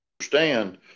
understand